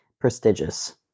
prestigious